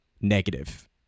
negative